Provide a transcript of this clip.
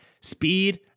speed